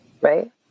right